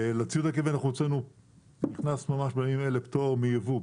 לציוד הקווי אנחנו הכנסנו ממש בימים אלה פטור מייבוא.